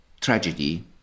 tragedy